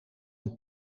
een